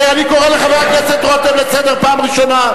אני קורא את חבר הכנסת רותם לסדר פעם ראשונה.